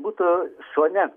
būtų šone